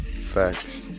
Facts